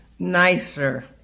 nicer